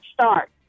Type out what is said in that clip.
start